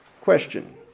question